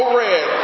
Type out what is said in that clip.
red